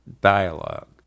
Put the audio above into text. dialogue